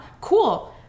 Cool